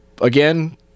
again